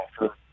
offer